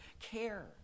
care